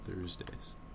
Thursdays